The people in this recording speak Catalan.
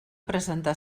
presentar